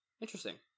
Interesting